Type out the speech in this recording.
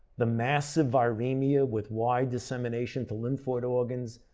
the massive viremia with wide dissemination to lymphoid organs,